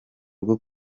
rwo